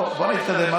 בואי נתקדם.